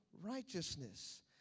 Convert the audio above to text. righteousness